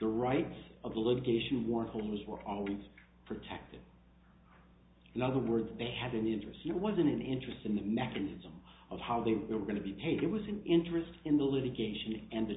the rights of the litigation war homes were always protected in other words they had an interest it was an interest in the mechanism of how they were going to be paid it was an interest in the litigation and t